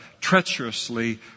treacherously